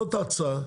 זאת ההצעה.